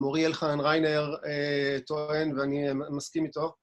מורי אלחנן ריינר טוען, ואני מסכים איתו,